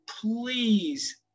please